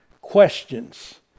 questions